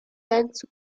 dance